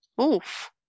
Oof